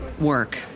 work